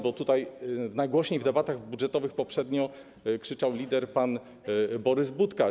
Bo tutaj najgłośniej w debatach budżetowych poprzednio krzyczał lider pan Borys Budka.